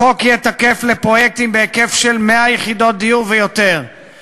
החוק יהיה תקף לפרויקטים בהיקף של 100 יחידות דיור ויותר,